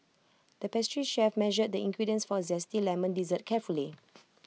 the pastry chef measured the ingredients for Zesty Lemon Dessert carefully